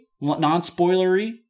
non-spoilery